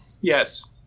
Yes